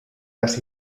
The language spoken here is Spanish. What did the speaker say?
las